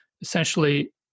essentially